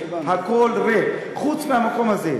הכול ריק חוץ מהמקום הזה.